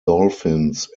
dolphins